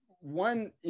one